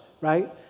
right